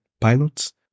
pilots